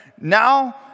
Now